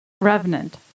Revenant